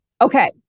okay